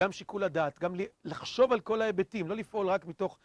גם שיקול הדעת, גם לחשוב על כל ההיבטים, לא לפעול רק מתוך...